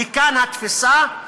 מכאן התפיסה,